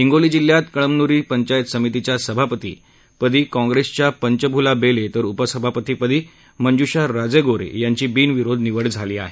हिंगोली जिल्ह्यात कंळमनुरी पंचायत समितीच्या सभापती काँप्रेसच्या पंचफुला बेले तर उपसभापती मंजुशा राजेगोरे यांची बिनविरोध निवड झाली आहे